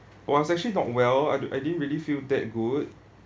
I was actually not well I don't I didn't really feel that good